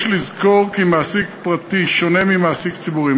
יש לזכור כי מעסיק פרטי שונה ממעסיק ציבורי.